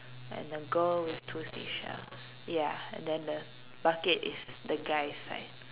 and the girl with two seashells ya and then the bucket is the guy's side